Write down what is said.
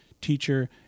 teacher